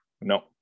No